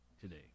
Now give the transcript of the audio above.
today